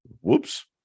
whoops